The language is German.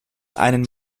einen